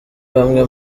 bamwe